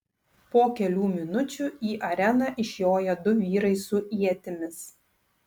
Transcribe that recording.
po kelių minučių į areną išjoja du vyrai su ietimis